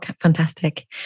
fantastic